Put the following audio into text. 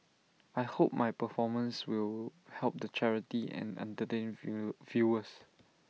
I hope my performance will help the charity and entertain view viewers